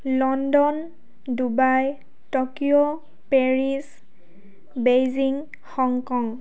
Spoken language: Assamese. London Dubai Tokyo Paris Beijing Hong Kong